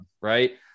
right